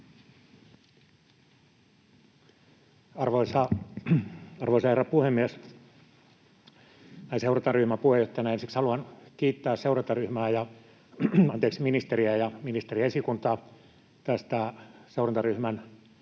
Arvoisa herra puhemies! Näin seurantaryhmän puheenjohtajana ensiksi haluan kiittää ministeriä ja ministerin esikuntaa tästä seurantaryhmän noin